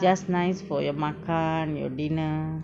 just nice for your makan your dinner